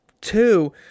Two